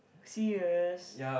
serious